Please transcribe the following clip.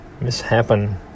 mishappen